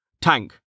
Tank